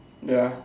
ya